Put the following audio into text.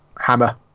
hammer